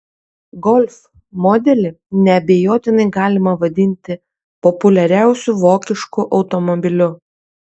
golf modelį neabejotinai galima vadinti populiariausiu vokišku automobiliu